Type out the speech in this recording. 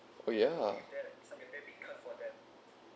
oh ya